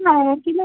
ନଅ କିଲୋ